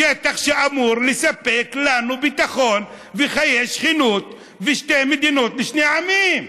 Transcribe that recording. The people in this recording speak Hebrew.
שטח שאמור לספק לנו ביטחון וחיי שכנות ושתי מדינות לשני עמים.